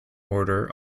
order